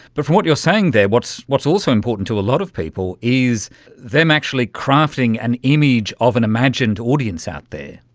but from what you're saying there, what's what's also important to a lot of people is them actually crafting an image of an imagined audience out there.